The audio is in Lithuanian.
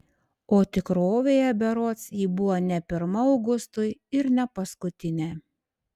o tikrovėje berods ji buvo ne pirma augustui ir ne paskutinė